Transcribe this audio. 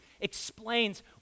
explains